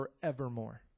forevermore